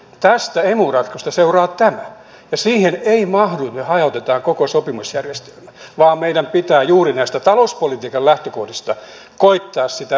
tästä emu ratkaisusta seuraa tämä ja siihen ei mahdu että me hajotamme koko sopimusjärjestelmän vaan meidän pitää juuri näistä talouspolitiikan lähtökohdista koettaa sitä yhteensovittamista vahvistaa